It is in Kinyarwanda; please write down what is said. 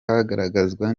hagaragazwa